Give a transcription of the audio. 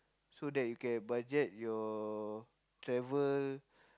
so that you can budget your travel